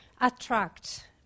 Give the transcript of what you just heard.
attract